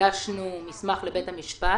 הגשנו מסמך לבית המשפט